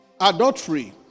adultery